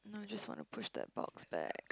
no just wanna push that box back